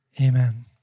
Amen